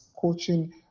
coaching